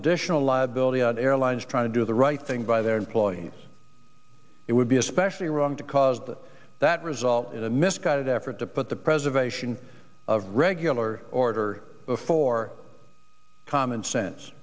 additional liability on airlines trying to do the right thing by their employees it would be especially wrong to cause that result in a misguided effort to put the preservation of regular order before common sense